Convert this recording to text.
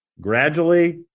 gradually